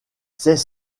c’est